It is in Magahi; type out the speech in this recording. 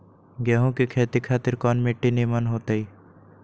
गेंहू की खेती खातिर कौन मिट्टी निमन हो ताई?